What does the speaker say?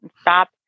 Stop